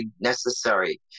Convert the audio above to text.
necessary